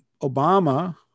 Obama